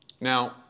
Now